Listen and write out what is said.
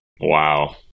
Wow